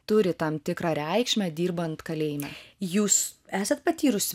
turi tam tikrą reikšmę dirbant kalėjime jūs esat patyrus